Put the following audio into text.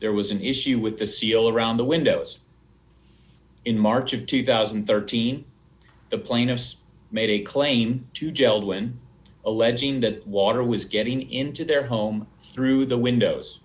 there was an issue with the seal around the windows in march of two thousand and thirteen the plaintiffs made a claim to gel when alleging that water was getting into their home through the windows